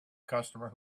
customer